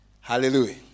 Hallelujah